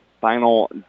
final